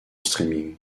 streaming